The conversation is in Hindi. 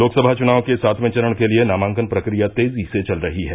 लोकसभा चुनाव के सातवें चरण के लिये नामांकन प्रक्रिया तेजी से चल रही है